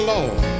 Lord